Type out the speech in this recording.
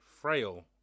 Frail